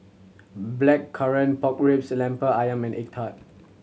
Blackcurrant Pork Ribs Lemper Ayam and egg tart